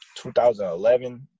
2011